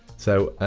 so,